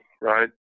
right